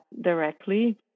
directly